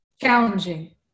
challenging